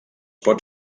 pot